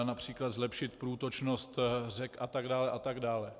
Například zlepšit průtočnost řek, a tak dále, a tak dále.